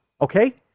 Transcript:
Okay